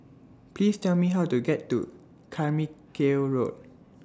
Please Tell Me How to get to Carmichael Road